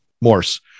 morse